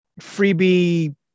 freebie